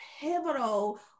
pivotal